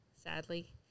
sadly